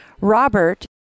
Robert